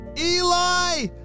Eli